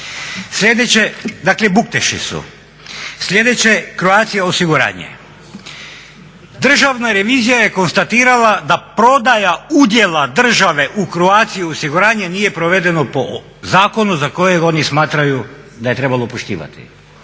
Sljedeće, dakle bukteši su. Sljedeće Croatia osiguranje. Državna revizija je konstatirala da prodaja udjela države u Croatia osiguranje nije provedeno po zakonu za kojeg oni smatraju da je trebalo poštivati.